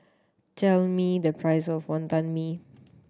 tell me the price of Wantan Mee